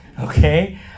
Okay